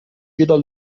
wieder